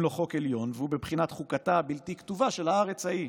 לו 'חוק עליון' והוא בבחינת חוקתה הבלתי-כתובה של הארץ ההיא.